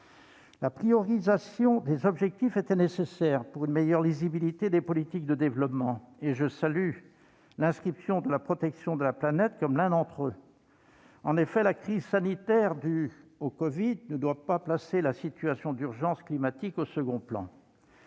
La priorisation des objectifs était nécessaire pour une meilleure lisibilité des politiques de développement, et je salue l'inscription de la protection de la planète comme l'un d'entre eux. En effet, la crise sanitaire due au covid ne doit pas placer la situation d'urgence climatique au second plan.